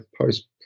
post